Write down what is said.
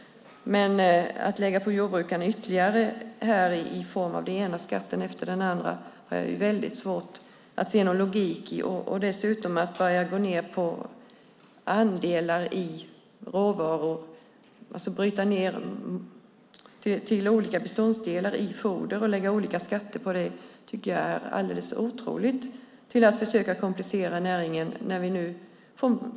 Men att lägga på jordbrukarna den ena skatten efter den andra har jag väldigt svårt att se någon logik i. Att dessutom bryta ned till olika beståndsdelar i foder och lägga olika skatter på det tycker jag är att otroligt komplicera för näringen.